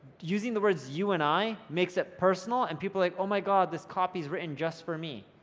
using the words you and i makes it personal and people, like, oh my god this copy is written just for me.